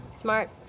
Smart